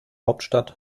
hauptstadt